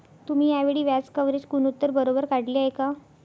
तुम्ही या वेळी व्याज कव्हरेज गुणोत्तर बरोबर काढले आहे का?